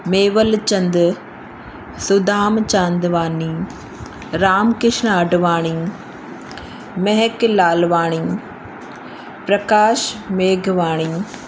Mewalchand Sudam Chandwani Ram Krishna Advani Mehak Lalwani Prakash मेघवाणी